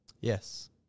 Yes